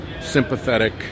sympathetic